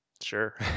sure